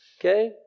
Okay